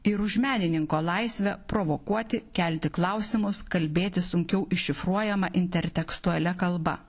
ir už menininko laisvę provokuoti kelti klausimus kalbėti sunkiau iššifruojama intertekstualia kalba